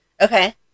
okay